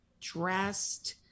dressed